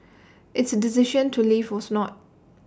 its decision to leave was not